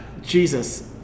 Jesus